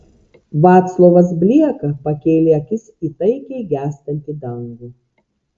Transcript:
vaclovas blieka pakėlė akis į taikiai gęstantį dangų